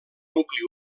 nucli